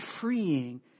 freeing